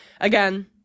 again